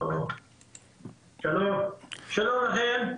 שלום לכם.